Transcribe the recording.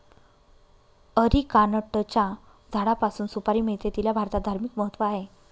अरिकानटच्या झाडापासून सुपारी मिळते, तिला भारतात धार्मिक महत्त्व आहे